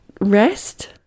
rest